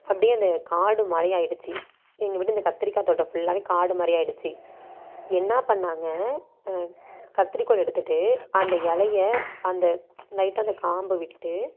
அப்படியே அந்த காடுமாதிரி ஆயிடுச்சு எங்கள் வீட்டு இந்த கத்தரிக்கா தோட்டம் ஃபுல்லாவே காடுமாதிரி ஆயிடுச்சு என்ன பண்ணாங்க கத்தரிக்கோல் எடுத்துட்டு அந்த இலைய அந்த லைட்டாக அந்த காம்பை விட்டு